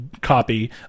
copy